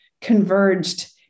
converged